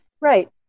Right